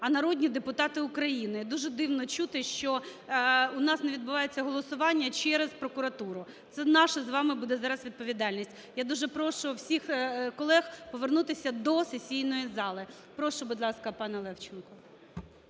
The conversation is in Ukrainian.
а народні депутати України. Дуже дивно чути, що у нас не відбувається голосування через прокуратуру. Це наша з вами буде зараз відповідальність. Я дуже прошу всіх колег повернутися до сесійної зали. Прошу, будь ласка, пане Левченко.